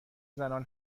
زنان